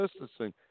distancing